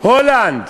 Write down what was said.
הולנד,